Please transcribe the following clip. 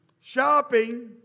shopping